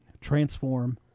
Transform